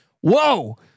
Whoa